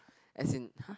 as in !huh!